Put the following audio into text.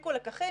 הפיקו לקחים,